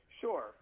Sure